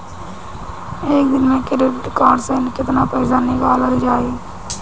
एक दिन मे क्रेडिट कार्ड से कितना पैसा निकल जाई?